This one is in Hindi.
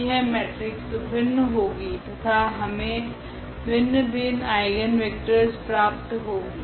तो यह मेट्रिक्स भिन्न होगी तथा हमे भिन्न भिन्न आइगनवेक्टरस प्राप्त होगी